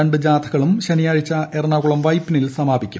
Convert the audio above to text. രണ്ട് ജാഥകളും ശനിയാഴ്ച എറണാകുളം വൈപ്പിനിൽ സമാപിക്കും